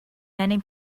many